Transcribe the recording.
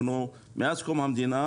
מאז קום המדינה